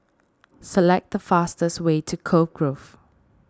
select the fastest way to Cove Grove